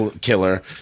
killer